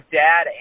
dad